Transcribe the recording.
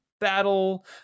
battle